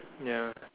ya